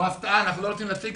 הוא הפתעה, אנחנו לא רוצים להציג.